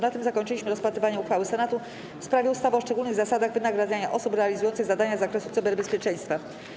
Na tym zakończyliśmy rozpatrywanie uchwały Senatu w sprawie ustawy o szczególnych zasadach wynagradzania osób realizujących zadania z zakresu cyberbezpieczeństwa.